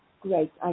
great